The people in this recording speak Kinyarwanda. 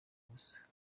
ubusa